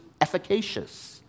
efficacious